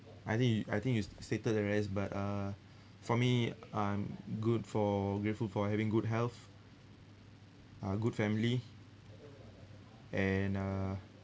I think you I think you stated the rest but uh for me I'm good for grateful for having good health uh good family and uh